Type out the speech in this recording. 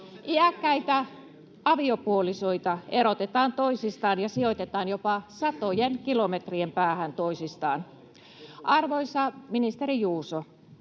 Iäkkäitä aviopuolisoita erotetaan toisistaan ja sijoitetaan jopa satojen kilometrien päähän toisistaan. Arvoisa ministeri Juuso,